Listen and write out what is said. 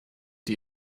die